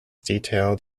detailed